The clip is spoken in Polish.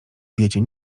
diecie